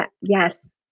yes